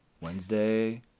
Wednesday